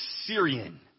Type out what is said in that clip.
Syrian